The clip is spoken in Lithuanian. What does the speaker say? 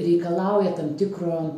reikalauja tam tikro